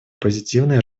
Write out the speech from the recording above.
позитивное